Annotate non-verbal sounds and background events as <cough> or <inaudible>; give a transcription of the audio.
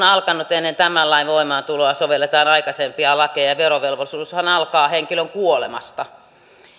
<unintelligible> alkanut ennen tämän lain voimaantuloa sovelletaan aikaisempia lakeja ja verovelvollisuushan alkaa henkilön kuolemasta